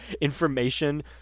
information